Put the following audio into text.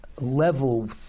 level